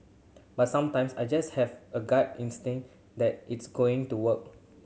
but sometimes I just have a gut instinct that it's going to work